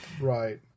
Right